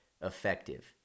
effective